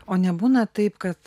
o nebūna taip kad